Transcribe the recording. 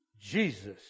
Jesus